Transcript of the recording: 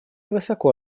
высоко